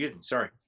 Sorry